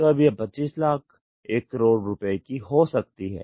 तो अब यह 25 लाख 1 करोड़ की हो गयी है